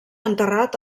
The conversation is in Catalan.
enterrat